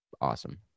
awesome